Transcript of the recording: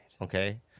Okay